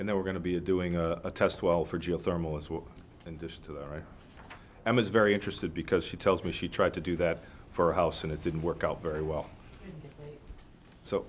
and they were going to be a doing a test well for geothermal as well and dish to the right and was very interested because she tells me she tried to do that for a house and it didn't work out very well so